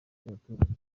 by’abaturage